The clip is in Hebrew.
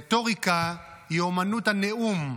רטוריקה היא אומנות הנאום,